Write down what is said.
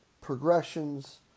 progressions